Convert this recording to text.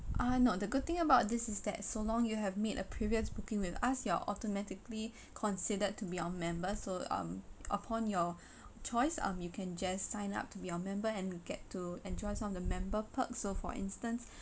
uh no the good thing about this is that so long you have made a previous booking with us you're automatically considered to be our members so um upon your choice um you can just sign up to be a member and you get to enjoy some of the member perks so for instance